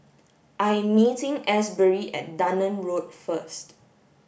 I am meeting Asbury at Dunearn Road first